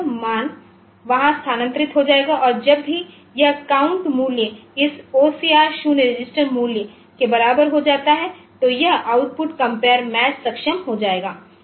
तो यह मान वहां स्थानांतरित हो जाएगा और जब भी यह काउंट मूल्य इस OCR0 रजिस्टर मूल्य आउटपुट कंपेयर रजिस्टर के बराबर हो जाता है तो यह आउटपुट कंपेयर मैच सक्षम हो जाएगा